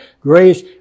grace